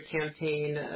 campaign